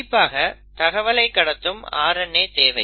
கண்டிப்பாக தகவலை கடத்தும் RNA தேவை